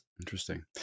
Interesting